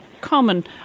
common